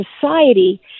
society